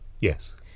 Yes